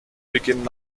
beginnen